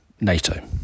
NATO